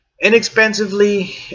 inexpensively